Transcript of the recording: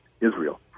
Israel